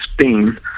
Spain